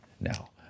now